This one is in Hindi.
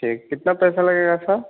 ठीक कितना पैसा लगेगा सर